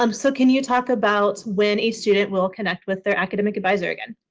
um so can you talk about when each student will connect with their academic adviser again?